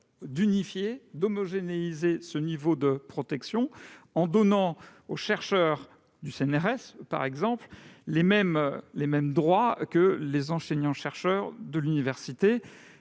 d'unifier et d'homogénéiser ces régimes de protection en étendant aux chercheurs du CNRS, par exemple, les droits des enseignants-chercheurs de l'université.